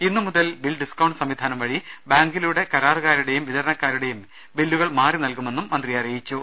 ഇന്ന് മുതൽ bill discount സംവിധാനം വഴി ബാങ്കിലൂടെ കരാറുകാരുടെയും വിത രണക്കാരുടെയും ബില്ലുകൾ മാറി നൽകുമെന്നും മന്ത്രി പറഞ്ഞു